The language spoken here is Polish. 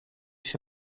się